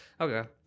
Okay